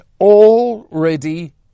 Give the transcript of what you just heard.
already